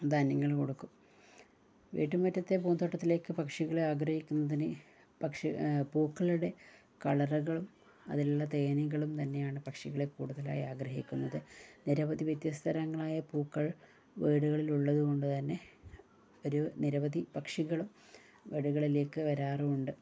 ധാന്യങ്ങള് കൊടുക്കും വീട്ടുമുറ്റത്തെ പൂന്തോട്ടത്തിലേക്ക് പക്ഷികളെ ആഗ്രഹിക്കുന്നതിന് പക്ഷേ പൂക്കളുടെ കളറുകൾ അതിലുള്ള തേനികളും തന്നെയാണ് പക്ഷികളെ കൂടുതലായി ആഗ്രഹിക്കുന്നത് നിരവധി വ്യത്യസ്തതരങ്ങളായ പൂക്കൾ വീടുകളിലുള്ളത് കൊണ്ട് തന്നെ ഒരു നിരവധി പക്ഷികളും വീടുകളിലേക്ക് വരാറുമുണ്ട്